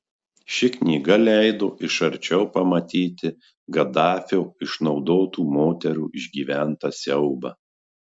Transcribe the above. ši knyga leido iš arčiau pamatyti gaddafio išnaudotų moterų išgyventą siaubą